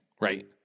Right